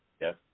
Yes